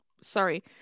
sorry